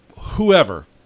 whoever